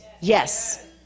Yes